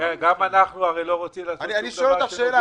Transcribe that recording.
אני שואל אותך שאלה,